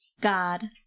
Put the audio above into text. God